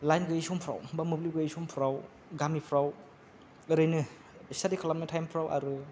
line गैयि समफ्राव बा मोब्लिब गैयि समफ्राव गामिफ्राव ओरैनो स्टादि खालामनाय टाइमफ्राव आरो